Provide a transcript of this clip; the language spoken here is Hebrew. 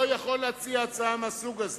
לא יכול להציע הצעה מהסוג הזה.